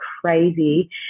crazy